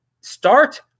start